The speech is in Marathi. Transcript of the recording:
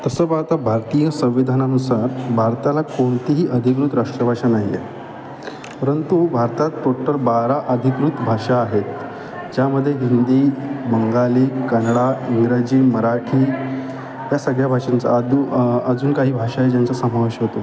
तसं पाहता भारतीय संविधानानुसार भारताला कोणतीही अधिकृत राष्ट्रभाषा नाही आहे परंतु भारतात टोटल बारा अधिकृत भाषा आहेत ज्यामध्ये हिंदी बंगाली कन्नड इंग्रजी मराठी या सगळ्या भाषांचा आदू अजून काही भाषा आहे ज्यांचा समावेश होतो